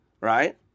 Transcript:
right